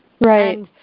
right